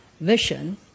vision